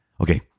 okay